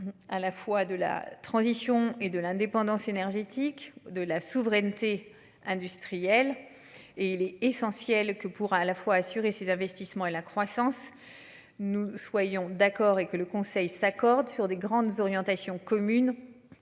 À la fois de la transition et de l'indépendance énergétique de la souveraineté industrielle et il est essentiel que pourra à la fois assurer ses investissements et la croissance. Nous soyons d'accord et que le Conseil s'accordent sur des grandes orientations communes.